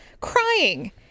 crying